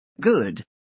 Good